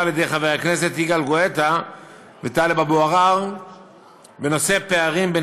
על-ידי חברי הכנסת יגאל גואטה וטלב אבו עראר בנושא פערים בין